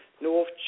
North